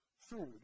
food